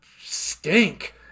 stink